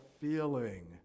feeling